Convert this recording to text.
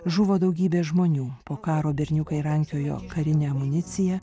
žuvo daugybė žmonių po karo berniukai rankiojo karinę amuniciją